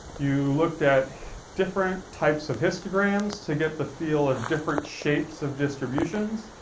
you looked at different types of histograms to get the feel of different shapes of distributions.